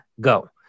go